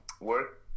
work